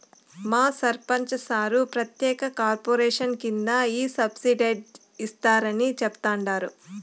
మా సర్పంచ్ సార్ ప్రత్యేక కార్పొరేషన్ కింద ఈ సబ్సిడైజ్డ్ ఇస్తారని చెప్తండారు